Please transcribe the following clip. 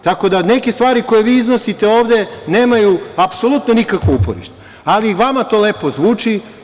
Tako da neke stvari koje vi iznosite ovde nemaju apsolutno nikakvo uporište, ali vama to lepo zvuči.